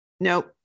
nope